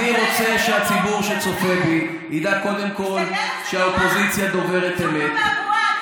אני רוצה שהציבור שצופה בי ידע קודם כול שהאופוזיציה דוברת אמת.